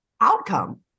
outcome